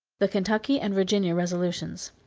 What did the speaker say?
the kentucky and virginia resolutions.